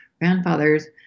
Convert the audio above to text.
Grandfathers